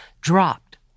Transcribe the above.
dropped